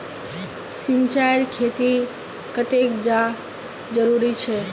सिंचाईर खेतिर केते चाँह जरुरी होचे?